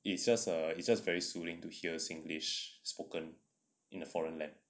it's just a it's just very soothing to hear singlish spoken in a foreign land